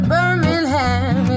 Birmingham